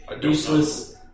useless